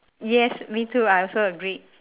yes me too I also agree